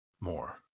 more